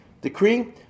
decree